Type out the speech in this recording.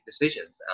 decisions